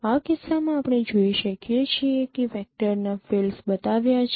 આ કિસ્સામાં આપણે જોઈ શકીએ છીએ કે વેક્ટરના ફીલ્ડ્સ બતાવ્યા છે